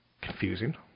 confusing